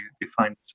defined